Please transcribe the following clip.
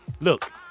look